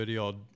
odd